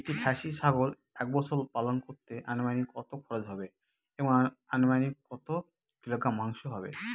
একটি খাসি ছাগল এক বছর পালন করতে অনুমানিক কত খরচ হবে এবং অনুমানিক কত কিলোগ্রাম মাংস হবে?